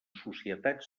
societat